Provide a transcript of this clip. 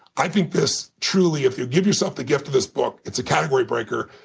i think this truly if you give yourself the gift of this book, it's a category breaker.